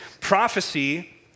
prophecy